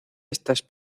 estas